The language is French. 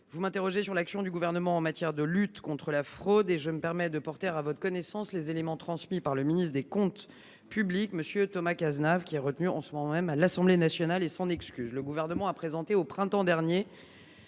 vous m’interrogez sur l’action du Gouvernement en matière de lutte contre la fraude. Je vais donc porter à votre connaissance les éléments transmis par le ministre délégué chargé des comptes publics, M. Thomas Cazenave, qui est retenu en ce moment même à l’Assemblée nationale et vous prie de l’en excuser. Le Gouvernement a présenté au printemps dernier,